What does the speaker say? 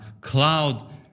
cloud